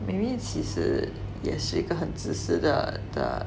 maybe 也其实也是一个很自私的的